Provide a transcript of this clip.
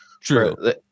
True